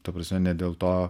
ta prasme ne dėl to